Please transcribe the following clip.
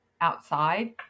outside